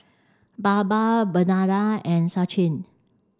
Baba Vandana and Sachin